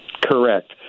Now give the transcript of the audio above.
Correct